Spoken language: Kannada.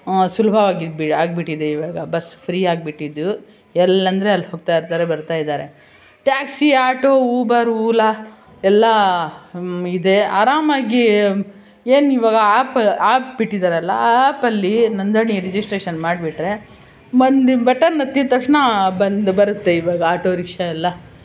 ಸುಲಭವಾಗಿ ಇಡ್ ಆಗಿಬಿಟ್ಟಿದೆ ಈವಾಗ ಬಸ್ ಫ್ರೀ ಆಗಿಬಿಟ್ಟಿದ್ದು ಎಲ್ಲೆಂದರೆ ಅಲ್ಲಿ ಹೋಗ್ತಾಯಿರ್ತಾರೆ ಬರ್ತಾಯಿದ್ದಾರೆ ಟ್ಯಾಕ್ಸಿ ಆಟೋ ಊಬರ್ ಊಲಾ ಎಲ್ಲ ಇದೆ ಆರಾಮಾಗಿ ಏನು ಈವಾಗ ಆ್ಯಪ್ ಆ್ಯಪ್ ಬಿಟ್ಟಿದ್ದಾರಲ್ಲ ಆ ಆ್ಯಪಲ್ಲಿ ನೋಂದಣಿ ರಿಜಿಸ್ಟ್ರೇಷನ್ ಮಾಡಿಬಿಟ್ರೆ ಒಂದು ಬಟನ್ ಒತ್ತಿದ ತಕ್ಷಣ ಬಂದು ಬರುತ್ತೆ ಈವಾಗ ಆಟೋ ರಿಕ್ಷಾ ಎಲ್ಲ